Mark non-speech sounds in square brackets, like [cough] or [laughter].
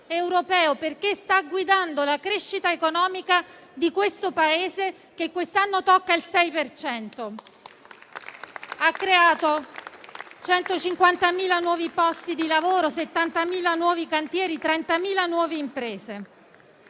europeo, perché sta guidando la crescita economica di questo Paese che quest'anno tocca il 6 per cento. [applause] Ha creato 150.000 nuovi posti di lavoro, 70.000 nuovi cantieri, 30.000 nuove imprese.